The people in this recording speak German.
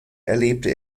erlebte